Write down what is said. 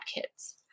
kids